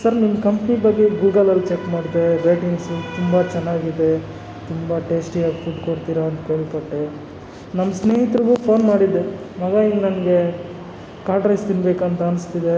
sir ನಿಮ್ಮ company ಬಗ್ಗೆ ಗೂಗಲಲ್ಲಿ ಚೆಕ್ ಮಾಡಿದೆ ರೇಟಿಂಗ್ಸು ತುಂಬ ಚೆನ್ನಾಗಿದೆ ತುಂಬ ಟೇಶ್ಟಿ ಆಗಿ ಫುಡ್ ಕೊಡ್ತೀರಾ ಅಂತ ಕೇಳ್ಪಟ್ಟೆ ನಮ್ಮ ಸ್ನೇಹಿತ್ರಿಗೂ ಫೋನ್ ಮಾಡಿದ್ದೆ ಮಗ ಈಗ ನನಗೆ ಕರ್ಡ್ ರೈಸ್ ತಿನ್ಬೇಕು ಅಂತ ಅನ್ನಿಸ್ತಿದೆ